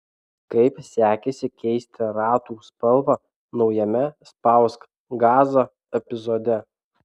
kaip sekėsi keisti ratų spalvą naujame spausk gazą epizode